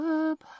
up